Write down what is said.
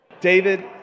David